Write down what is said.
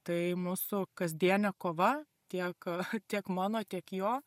tai mūsų kasdienė kova tiek tiek mano tiek jo